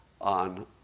on